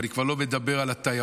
אני כבר לא מדבר על התיירות.